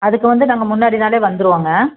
அதுக்கு வந்து நாங்கள் முன்னாடி நாளே வந்துடுவோங்க